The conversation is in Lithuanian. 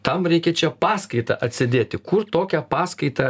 tam reikia čia paskaitą atsėdėti kur tokią paskaitą